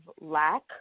lack